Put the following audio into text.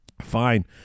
Fine